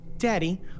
Daddy